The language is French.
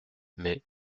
mais